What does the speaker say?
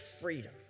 freedom